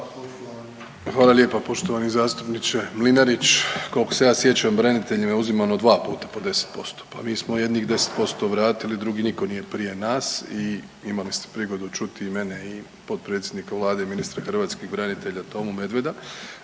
Hvala lijepa poštovani zastupniče Mlinarić. Koliko se ja sjećam braniteljima je uzimano 2 puta po 10%. Pa mi smo jednih 10% vratili. Drugi nitko nije prije nas i imali ste prigodu čuti i mene i potpredsjednika Vlade i ministra hrvatskih branitelja Tomu Medveda